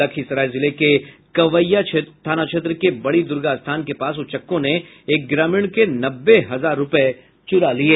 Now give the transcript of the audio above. लखीसराय जिले के कवैया थाना क्षेत्र के बड़ी दुर्गास्थान के पास उचक्कों ने एक ग्रामीण के नब्बे हजार रूपये चुरा लिये